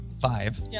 five